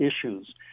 issues